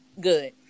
Good